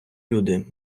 люди